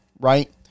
right